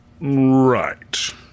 Right